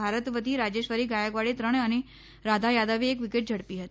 ભારત વતી રાજેશ્વરી ગાયકવાડે ત્રણ અને રાધા યાદવે એક વિકેટ ઝડાી હતી